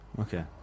Okay